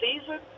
season